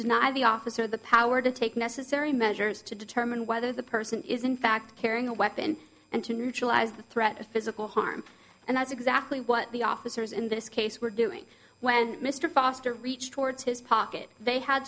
deny the officer the power to take necessary measures to determine whether the person is in fact carrying a weapon and to neutralize the threat of physical harm and that's exactly what the officers in this case were doing when mr foster reached towards his pocket they had